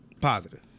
positive